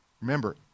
Remember